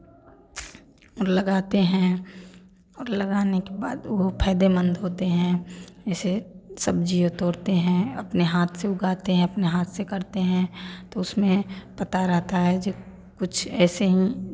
और लगाते हैं और लगाने के बाद वो फ़ायदेमंद होते हैं ऐसे सब्जियाँ तोड़ते हैं अपने हाथ से उगाते हैं अपने हाथ से करते हैं तो उसमें पता रहता है जो कुछ ऐसे ही